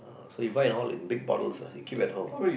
so you buy in all in big bottles ah you keep at home